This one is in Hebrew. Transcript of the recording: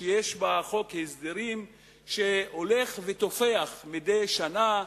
שיש בה חוק הסדרים שהולך ותופח מדי שנה.